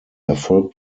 erfolg